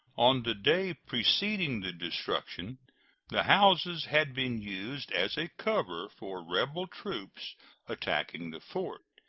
on the day preceding the destruction the houses had been used as a cover for rebel troops attacking the fort,